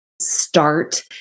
start